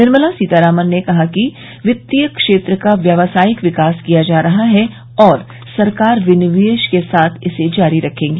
निर्मला सीतारामन ने कहा कि वित्तीय क्षेत्र का व्यावसायिक विकास किया जा रहा है और सरकार विनिवेश के साथ इसे जारी रखेंगी